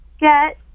get